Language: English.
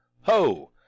Ho